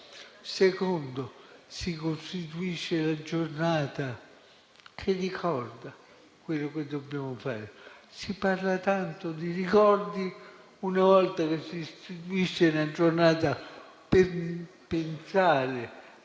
luogo, si costituisce la giornata che ricorda quello che dobbiamo fare. Si parla tanto di ricordi; una volta che si istituisce una giornata per pensare